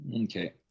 Okay